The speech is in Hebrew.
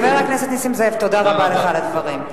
חבר הכנסת נסים זאב, תודה רבה לך על הדברים.